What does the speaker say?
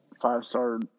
five-star